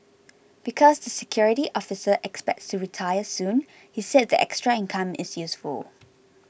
because the security officer expects to retire soon he said the extra income is useful